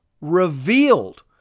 revealed